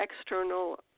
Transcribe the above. external